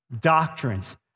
doctrines